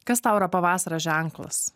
kas tau yra pavasario ženklas